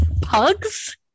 Pugs